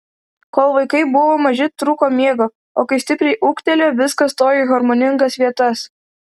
kol vaikai buvo maži trūko miego o kai stipriai ūgtelėjo viskas stojo į harmoningas vietas